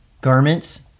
garments